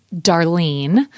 Darlene